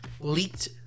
leaked